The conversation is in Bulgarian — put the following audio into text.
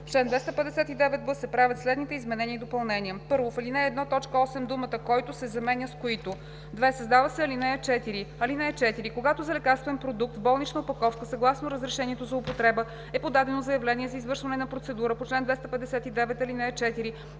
чл. 259б се правят следните изменения и допълнения: 1. В ал. 1, т. 8 думата „който“ се заменя с „които“. 2. Създава се ал. 4: „(4) Когато за лекарствен продукт в болнична опаковка, съгласно разрешението за употреба, е подадено заявление за извършване на процедура по чл. 259, ал. 4,